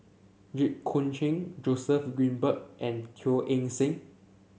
Jit Koon Ch'ng Joseph Grimberg and Teo Eng Seng